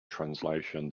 translation